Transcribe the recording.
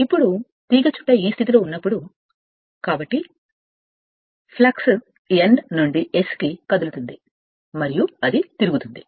ఇప్పుడు తీగచుట్ట ఈ స్థితిలో ఉన్నప్పుడు కాబట్టి ఫ్లక్స్ N నుండి S కి కదులుతుంది మరియు అది తిరుగుతుంది